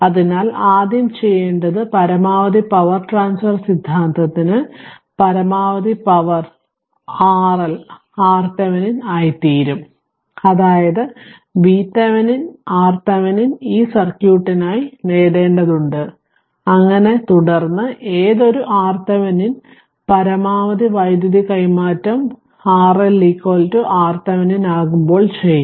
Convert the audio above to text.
അതിനാൽ ആദ്യം ചെയ്യേണ്ടത് പരമാവധി പവർ ട്രാൻസ്ഫർ സിദ്ധാന്തത്തിന് പരമാവധി പവർ RL RThevenin ആയിത്തീരും അതായത് VThevenin RThevenin ഈ സർക്യൂട്ടിനായി നേടേണ്ടതുണ്ട് അങ്ങനെ തുടർന്ന് ഏതൊരു RThevenin പരമാവധി വൈദ്യുതി കൈമാറ്റം RL RThevenin ആകുമ്പോൾ ചെയ്യും